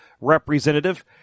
representative